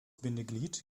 bindeglied